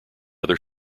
other